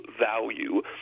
value